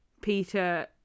Peter